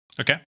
Okay